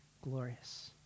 glorious